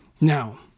Now